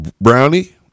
Brownie